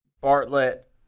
Bartlett